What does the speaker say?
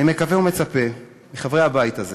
אני מקווה ומצפה מחברי הבית הזה